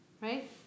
right